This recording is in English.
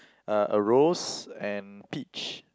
uh a rose and peach